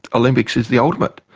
olympics is the ultimate.